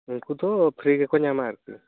ᱩᱱᱠᱩ ᱫᱚ ᱯᱷᱤᱨᱤ ᱜᱮᱠᱚ ᱧᱟᱢᱟ ᱟᱨᱠᱤ